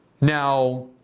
Now